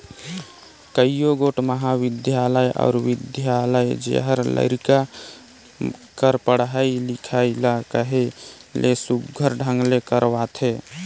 कइयो गोट महाबिद्यालय अउ बिद्यालय जेहर लरिका कर पढ़ई लिखई ल कहे ले सुग्घर ढंग ले करवाथे